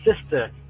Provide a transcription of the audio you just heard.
sister